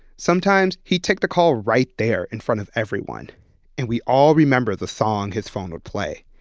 sometimes he took the call right there in front of everyone and we all remember the song his phone would play.